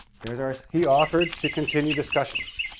there's our. he offered to continue discussions,